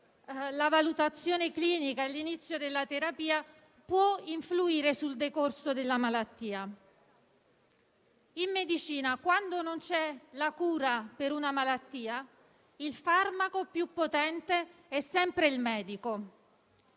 la valutazione clinica e l'inizio della terapia potesse influire sul decorso della malattia. In medicina, quando non c'è la cura per una malattia, il farmaco più potente è sempre il medico: